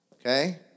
Okay